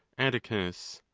atticus.